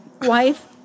wife